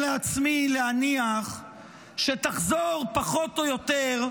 לעצמי להניח שתחזור, פחות או יותר,